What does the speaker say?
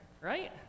right